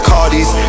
Cardis